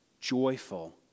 joyful